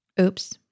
Oops